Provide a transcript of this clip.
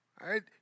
right